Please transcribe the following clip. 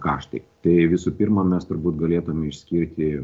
kaštai tai visų pirma mes turbūt galėtume išskirti